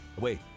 wait